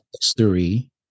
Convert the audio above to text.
history